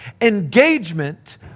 engagement